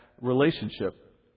relationship